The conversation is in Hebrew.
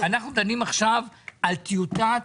אנחנו דנים עכשיו על טיוטת